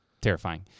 terrifying